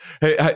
Hey